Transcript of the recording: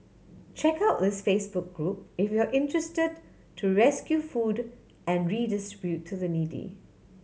check out this Facebook group if you are interested to rescue food and redistribute to the needy